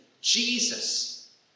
Jesus